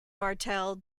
martel